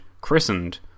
christened